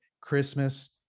Christmas